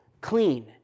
clean